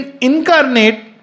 incarnate